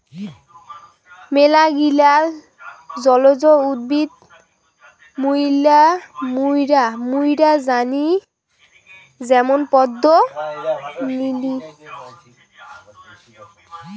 মেলাগিলা জলজ উদ্ভিদ মুইরা জানি যেমন পদ্ম, নিলি